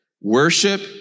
worship